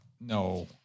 no